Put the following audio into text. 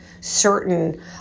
certain